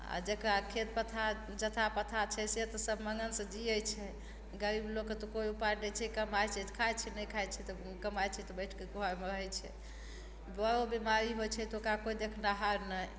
आओर जेकरा खेत पथार जथा पथा छै से तऽ सब मगनसँ जीयै छै गरीब लोकके तऽ कोइ उपाय नहि छै कमाइ छै तऽ खाइ छै नहि खाइ छै तऽ कमाइ छै तऽ घरमे बैठ कऽ रहय छै बरो बीमारी होइ छै तऽ ओकरा कोइ देखनहार नहि